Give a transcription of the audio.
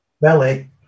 Belly